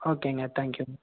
ஓகேங்க தேங்க்யூங்க